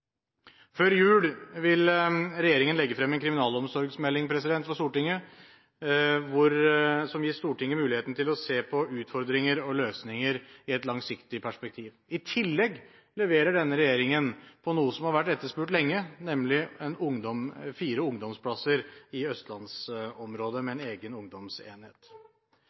Før jul vil regjeringen legge frem en kriminalomsorgsmelding for Stortinget, som vil gi Stortinget muligheten til å se på utfordringer og løsninger i et langsiktig perspektiv. I tillegg leverer denne regjeringen på noe som har vært etterspurt lenge, nemlig fire ungdomsplasser i østlandsområdet, med en egen ungdomsenhet.